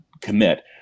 commit